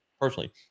personally